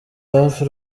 hafi